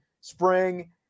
spring